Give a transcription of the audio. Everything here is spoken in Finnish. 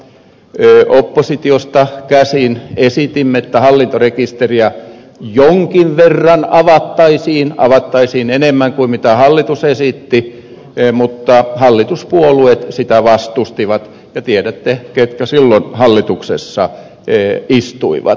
oppositiosta käsin esitimme että hallintarekisteriä jonkin verran avattaisiin avattaisiin enemmän kuin hallitus esitti mutta hallituspuolueet sitä vastustivat ja tiedätte ketkä silloin hallituksessa istuivat